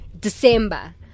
December